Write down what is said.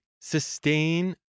sustain